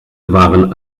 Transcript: waren